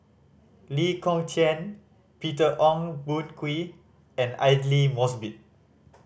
Lee Kong Chian Peter Ong Boon Kwee and Aidli Mosbit